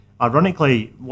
Ironically